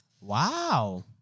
Wow